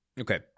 Okay